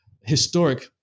historic